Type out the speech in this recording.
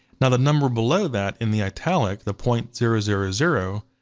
now the number below that, in the italic, the point zero zero zero,